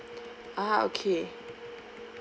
ah okay